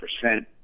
percent